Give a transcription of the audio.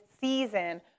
season